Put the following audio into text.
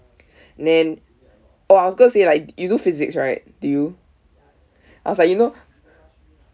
nan oh I was going to say like you do physics right do you I was like you know